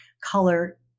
color